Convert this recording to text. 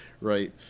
right